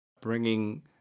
bringing